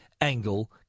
angle